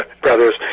brothers